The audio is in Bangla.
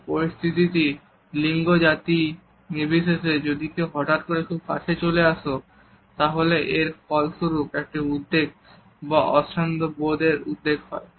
এবং পরিস্থিতি লিঙ্গ জাতি নির্বিশেষে যদি কেউ হঠাৎ খুব কাছে চলে আসো তাহলে এর ফলাফলস্বরূপ একটি উদ্বেগ বা অস্বচ্ছন্দ্যবোধ এর উদ্রেক হয়